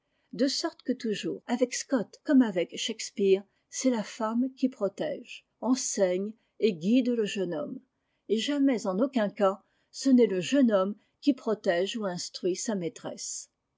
de sorte que toujours avec scott comme avec shakespeare c'est la femme qui protège enseigne et guide le jeune homme et jamais en aucun cas ce n'est le jeune homme qui protège ou instruit sa maîtresse